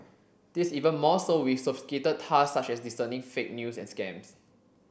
this is even more so with sophisticated tasks such as discerning fake news and scams